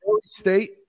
State